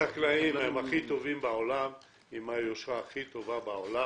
החקלאים הם הכי טובים בעולם, עם היושרה הכי בעולם,